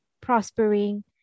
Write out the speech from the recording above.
prospering